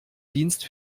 dienst